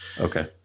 Okay